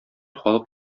халык